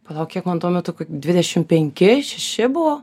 palauk kiek man tuo metu dvidešim penki šeši buvo